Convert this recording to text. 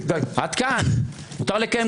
עתה לסיפור שלי.